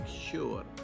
sure